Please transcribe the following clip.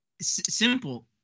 Simple